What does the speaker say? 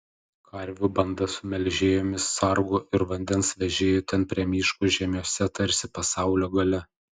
karvių banda su melžėjomis sargu ir vandens vežėju ten prie miško žiemiuose tarsi pasaulio gale